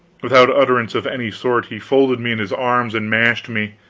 without utterance of any sort, he folded me in his arms and mashed me.